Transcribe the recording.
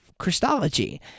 Christology